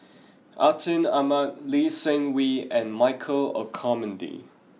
Atin Amat Lee Seng Wee and Michael Olcomendy